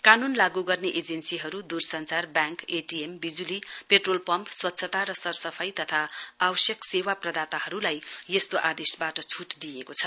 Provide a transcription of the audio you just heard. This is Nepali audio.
कानून लागू गर्ने एजेन्सीहरू दूरसञ्चार ब्याङ्क एटीएम बिजुली पेट्रोल पम्प स्वच्छता सरसफाई तथा आवश्यक सेवा प्रदाताहरूलाई यस्तो आदोशबाट छूट दिइएको छ